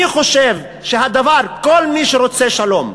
אני חושב שכל מי שרוצה שלום,